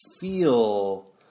feel